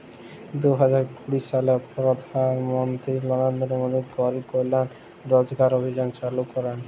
দু হাজার কুড়ি সালে পরধাল মলত্রি লরেলদ্র মোদি গরিব কল্যাল রজগার অভিযাল চালু ক্যরেল